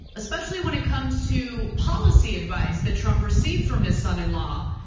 especially when it comes to policy advice that trump received from his son-in-law.